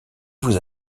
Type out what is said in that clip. vous